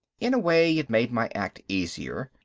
in a way it made my act easier,